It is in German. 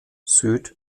süd